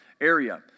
area